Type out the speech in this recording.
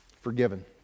forgiven